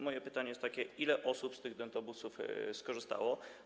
Moje pytanie jest takie: Ile osób z tych dentobusów skorzystało?